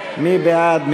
מי בעד?